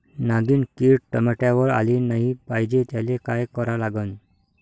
नागिन किड टमाट्यावर आली नाही पाहिजे त्याले काय करा लागन?